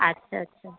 আচ্ছা আচ্ছা